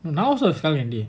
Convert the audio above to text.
now I also skull candy